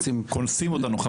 קונסים אותנו על כך